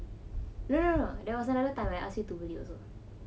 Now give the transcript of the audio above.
no no no there was another time I ask him to beli also